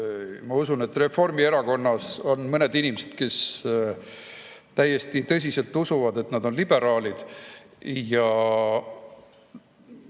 Ma usun, et Reformierakonnas on mõned inimesed, kes täiesti tõsiselt usuvad, et nad on liberaalid, ja